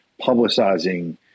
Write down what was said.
publicizing